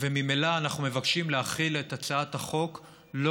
וממילא אנחנו מבקשים להחיל את הצעת החוק לא